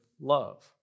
love